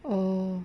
oh